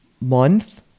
month